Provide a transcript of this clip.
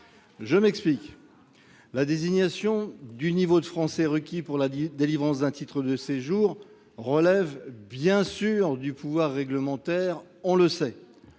Je m’explique : la fixation du niveau de français requis pour la délivrance d’un titre de séjour relève bien sûr du pouvoir réglementaire, chacun le sait.